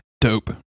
Dope